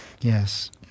Yes